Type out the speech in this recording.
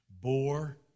bore